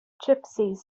gypsies